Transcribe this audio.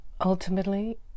Ultimately